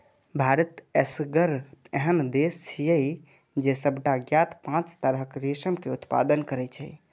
भारत एसगर एहन देश छियै, जे सबटा ज्ञात पांच तरहक रेशम के उत्पादन करै छै